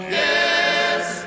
yes